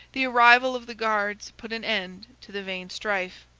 the arrival of the guards put an end to the vain strife.